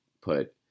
put